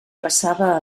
passava